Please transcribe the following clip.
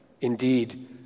indeed